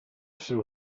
essere